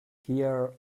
here